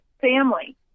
family